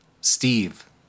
Steve